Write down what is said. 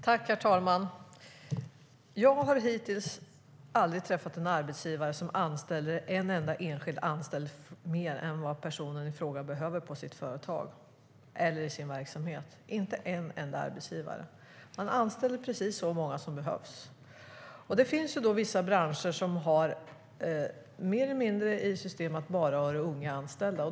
Herr talman! Jag har hittills aldrig träffat en enda arbetsgivare som anställer en person mer än vad man behöver i sitt företag eller i sin verksamhet. Man anställer precis så många som behövs. Det finns vissa branscher som mer eller mindre har satt i system att bara ha unga anställda.